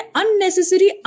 unnecessary